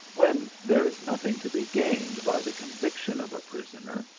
when there is nothing to be gained by the con viction of a prisoner,